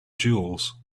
jewels